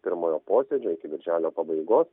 pirmojo posėdžio iki birželio pabaigos